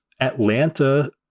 Atlanta